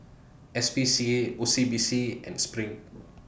S P C A O C B C and SPRING